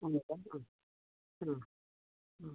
हुन्छ अँ अँ अँ